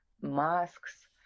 masks